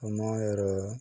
ସମୟର